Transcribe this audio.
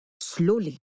Slowly